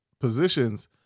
positions